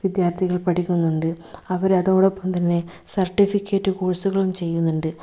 വിദ്യാർഥികൾ പഠിക്കുന്നുണ്ട് അവരതോടൊപ്പം തന്നെ സർട്ടിഫിക്കറ്റ് കോഴ്സുകളും ചെയ്യുന്നുണ്ട്